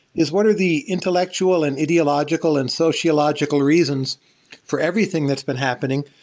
is what are the intellectual, and ideological, and sociological reasons for everything that's been happening,